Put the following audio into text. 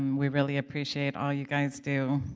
we really appreciate all you guys do.